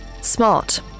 Smart